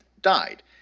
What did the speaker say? died